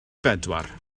bedwar